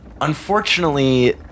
Unfortunately